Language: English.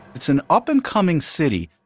it's an up and coming city,